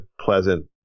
pleasant